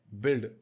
build